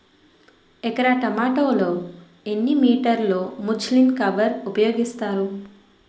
ఎకర టొమాటో లో ఎన్ని మీటర్ లో ముచ్లిన్ కవర్ ఉపయోగిస్తారు?